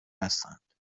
بستند